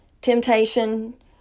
Temptation